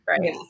right